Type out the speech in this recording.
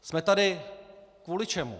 Jsme tady kvůli čemu?